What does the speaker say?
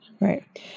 right